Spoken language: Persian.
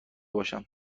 باشم